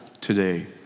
today